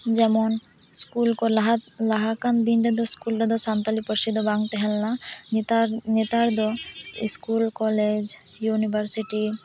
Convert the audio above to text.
ᱡᱮᱢᱚᱱ ᱥᱠᱩᱞ ᱠᱚ ᱞᱟᱦᱟ ᱞᱟᱦᱟ ᱟᱠᱟᱱ ᱫᱤᱱ ᱨᱤᱫᱚ ᱥᱠᱩᱞ ᱨᱤᱫᱚ ᱥᱟᱱᱛᱟᱲᱤ ᱯᱟᱹᱨᱥᱤ ᱫᱚ ᱵᱟᱝ ᱛᱟᱦᱮᱸ ᱞᱮᱱᱟ ᱱᱮᱛᱟᱨ ᱱᱮᱛᱟᱨ ᱫᱚ ᱥᱠᱩᱞ ᱠᱚᱞᱮᱡᱽ ᱩᱱᱤᱵᱷᱟᱨᱥᱤᱴᱤ